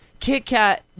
kitkat